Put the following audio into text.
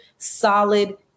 Solid